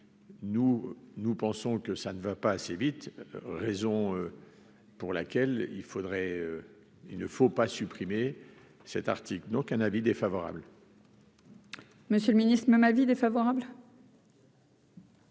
nous pensons que ça ne va pas assez vite, raison pour laquelle il faudrait, il ne faut pas supprimer cet article donc un avis défavorable. Monsieur le Ministre, même avis défavorable.